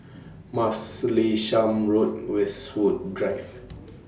Martlesham Road Westwood Drive